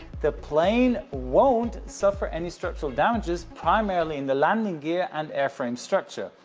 the plane won't suffer any structural damages primarily in the landing gear and airframe structure.